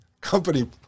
company